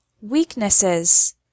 Weaknesses